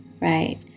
right